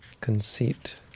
conceit